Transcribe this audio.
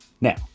Now